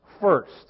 first